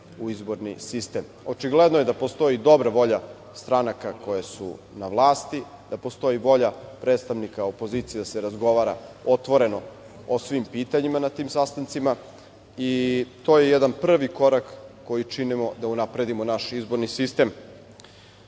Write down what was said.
u izborni sistem. Očigledno je da postoji dobra volja stranaka koje su na vlasti, da postoji volja predstavnika opozicije da se razgovara otvoreno o svim pitanjima na tim sastancima i to je jedan prvi korak koji činimo da unapredimo naš izborni sistem. Interes